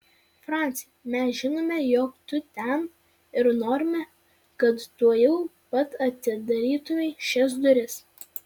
franci mes žinome jog tu ten ir norime kad tuojau pat atidarytumei šias duris